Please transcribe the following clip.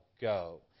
go